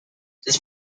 this